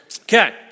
okay